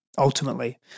ultimately